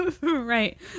Right